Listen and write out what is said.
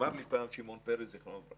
אמר לי פעם שמעון פרס ז"ל